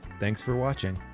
thanks for watching!